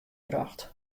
brocht